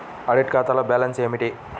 Audit ఖాతాలో balance ఏమిటీ?